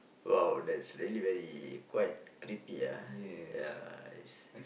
!wow! that's really very quite creepy ah ya is